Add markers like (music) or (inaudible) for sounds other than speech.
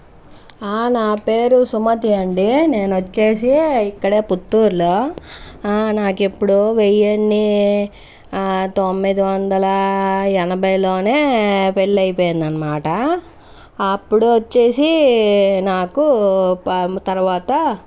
నా పేరు సుమతి అండి నేనొచ్చేసి ఇక్కడ పుత్తూర్లో నాకెప్పుడో వెయ్యన్ని తొమ్మిదివందల ఎనభైలోనే పెళ్లైపోయిందనమాట అప్పుడొచ్చేసి నాకు (unintelligible) తర్వాత